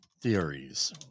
theories